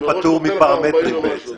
יהיה פטור מפרמטרים בעצם.